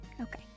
Okay